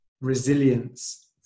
resilience